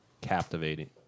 captivating